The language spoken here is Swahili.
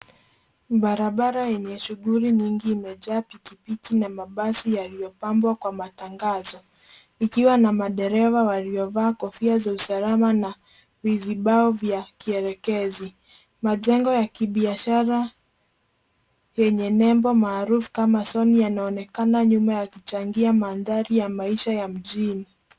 Barabara enye shuguli nyingi imejaa pikipiki na mabasi yaliyopambwa kwa matangazo, ikiwa na madereva waliovaa kofia za usalama na zijiabao vya kielekezi. Majengo ya kibiashara yenye nembo maarufu kama Sony yanaonekana nyuma yakichangia mandhari ya maisha ya mjini.